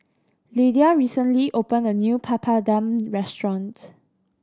Lidia recently opened a new Papadum restaurant